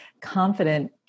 confident